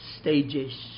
Stages